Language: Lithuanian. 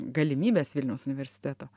galimybės vilniaus universiteto